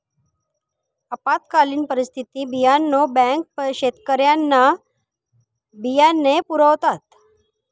आपत्कालीन परिस्थितीत बियाणे बँका शेतकऱ्यांना बियाणे पुरवतात